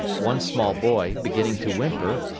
one small boy, beginning to whimper,